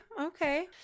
okay